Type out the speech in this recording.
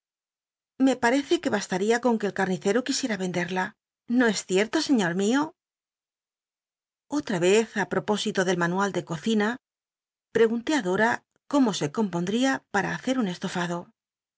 par eoe que bastaria con que el carnicero quisicra venderla no es cierto señor mío otra vez ú propósito del manual de cocina pregunté á dora cómo se compondria para hacer un estofado